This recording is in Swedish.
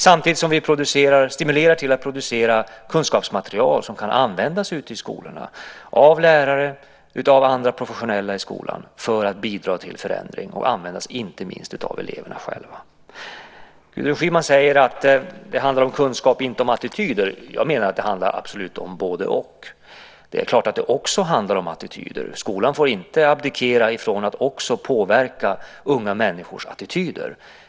Samtidigt stimulerar vi till att producera kunskapsmaterial som kan användas ute i skolorna av lärare och av andra professionella i skolan, för att bidra till förändring och användas inte minst av eleverna själva. Gudrun Schyman säger att det handlar om kunskap och inte om attityder. Jag menar att det absolut handlar om både-och. Det är klart att det också handlar om attityder. Skolan får inte abdikera från att påverka unga människors attityder.